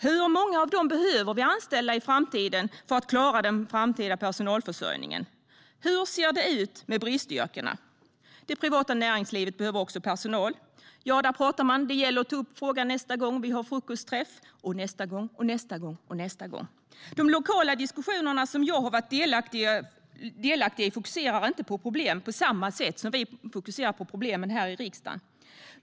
Hur många av dem behöver vi anställa i framtiden för att klara den framtida personalförsörjningen? Hur ser det ut med bristyrkena? Det privata näringslivet behöver också personal. Där talar man om att det gäller att ta upp frågan nästa gång man har frukostträff, och nästa gång och nästa gång. I de lokala diskussioner som jag har varit delaktig i fokuserar man inte på problem på samma sätt som vi fokuserar på problem här i riksdagen.